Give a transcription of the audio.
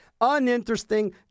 Uninteresting